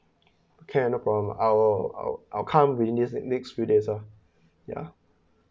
okay not problem I will I'll come within next few days uh ya